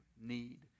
need